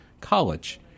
College